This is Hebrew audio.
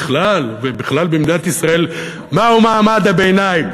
ובכלל במדינת ישראל מהו מעמד הביניים.